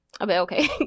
okay